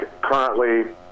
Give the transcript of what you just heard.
currently –